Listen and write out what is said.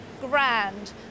grand